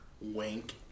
Wink